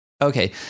Okay